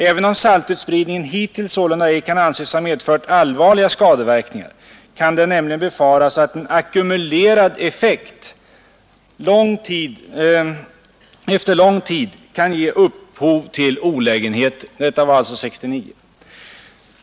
Även om saltutspridningen hittills sålunda ej kan anses ha medfört allvarliga skadeverkningar kan det nämligen befaras att en ackumulerad effekt efter lång tid kan ge upphov till olägenheter.” Detta var alltså år 1969.